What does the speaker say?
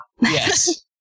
Yes